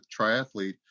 triathlete